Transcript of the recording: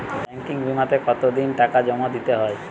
Banking বিমাতে কত দিন টাকা জমা দিতে হয়?